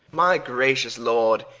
my gracious lord,